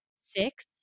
Six